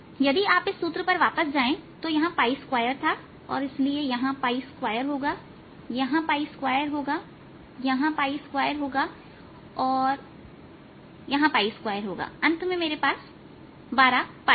यदि आप इस सूत्र पर वापस जाएं तो यहां 2था और इसलिए यहां 2 होगायहां 2 होगा इसलिए यहां 2 होगायहां 2 होगा तो अंत में मेरे पास 12 है